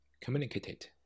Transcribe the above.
communicated